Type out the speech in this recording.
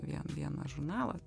vien vieną žurnalą